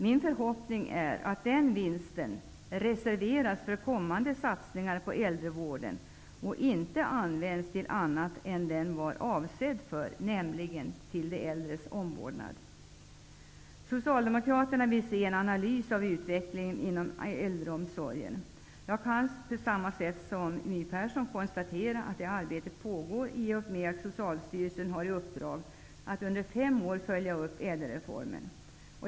Min förhoppning är att den vinsten reserveras för kommande satsningar på äldrevården och inte används till annat än det den var avsedd för, nämligen till de äldres omvårdnad. Socialdemokraterna vill se en analys av utvecklingen inom äldreomsorgen. Jag kan, på samma sätt som My Persson, konstatera att det arbetet pågår i och med att Socialstyrelsen har i uppdrag att under fem år följa upp ÄDEL reformen.